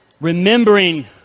Remembering